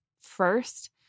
first